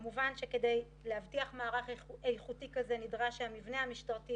כמובן שכדי להבטיח מערך איכותי שכזה נדרש שהמבנה המשטרתי